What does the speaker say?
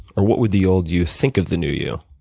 or what would the old you think of the new you?